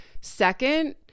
Second